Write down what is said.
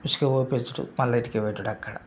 ఇసుక పోయించుడు మళ్ళా ఇటుక పెట్టుడు అక్కడ